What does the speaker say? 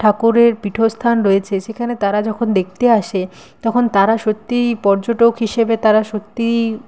ঠাকুরের পীঠস্থান রয়েছে সেখানে তারা যখন দেখতে আসে তখন তারা সত্যিই পর্যটক হিসেবে তারা সত্যিই